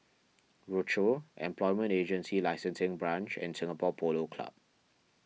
Rochor Employment Agency Licensing Branch and Singapore Polo Club